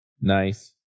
Nice